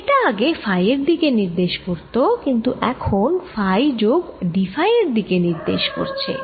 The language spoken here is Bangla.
এটা আগে ফাই এর দিকে নির্দেশ করত কিন্তু এখন ফাই যোগ d ফাই এর দিকে নির্দেশ করছে